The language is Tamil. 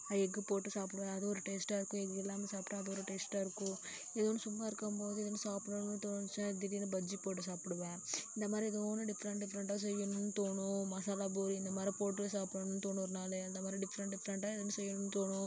எக்கு போட்டு சாப்பிடுவேன் அது ஒரு டேஸ்டாக இருக்கும் எக் இல்லாமல் சாப்பிட்டா அது ஒரு டேஸ்டாக இருக்கும் எதோ ஒன்று சும்மா இருக்கும்போது வந்து சாப்பிட்ணும்னு தோணுச்சுன்னா திடீர்னு பஜ்ஜி போட்டு சாப்பிடுவேன் இந்தமாதிரி எதோ ஒன்று டிஃப்ரெண்ட் டிஃப்ரெண்ட்டாக செய்யணுன்னு தோணும் மசாலாப்பூரி இந்தமாதிரி போட்டு சாப்பிட்ணுன்னு தோணும் ஒருநாள் அந்தமாதிரி டிஃப்ரெண்ட் டிஃப்ரெண்ட்டாக எதோ ஒன்று செய்யணுன்னு தோணும்